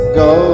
go